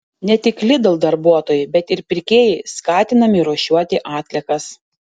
ne tik lidl darbuotojai bet ir pirkėjai skatinami rūšiuoti atliekas